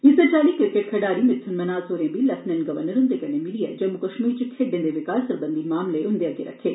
इस्सै चाल्ली क्रिकेट खड्ढारी मिथुन मन्हास होरे बी लेफ्टिनेट गवर्नर ह्दे'नै मिलियै जम्मू कश्मीर च खेड्ढें दे विकास सरबंधी मामलें उंदे अग्गे रक्खे